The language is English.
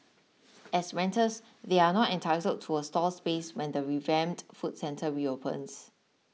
as renters they are not entitled to a stall space when the revamped food centre reopens